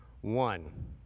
one